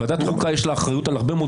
לוועדת החוקה יש אחריות על הרבה מאוד